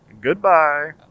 Goodbye